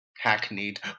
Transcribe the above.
hackneyed